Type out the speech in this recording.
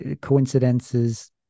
coincidences